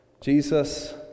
Jesus